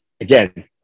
again